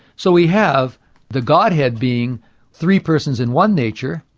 so we have the godhead being three persons in one nature,